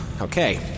Okay